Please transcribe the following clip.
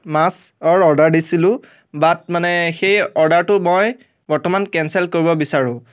মাছৰ অৰ্ডাৰ দিছিলোঁ বাট মানে সেই অৰ্ডাৰটো মই বৰ্তমান কেনচেল কৰিব বিচাৰোঁ